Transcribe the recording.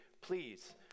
please